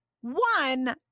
one